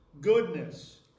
goodness